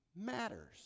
matters